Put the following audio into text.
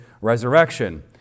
resurrection